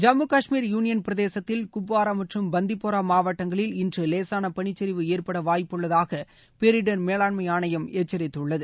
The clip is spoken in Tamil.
ஜம்மு காஷ்மீர் யூனியன் பிரதேசத்தில் குப்வாரா மற்றும் பந்திப்பூரா மாவட்டங்களில் இன்று லேசான பனிச்சரிவு ஏற்பட வாய்ப்புள்ளதாக பேரிடர் மேலாண்மை ஆணையம் எச்சரித்துள்ளது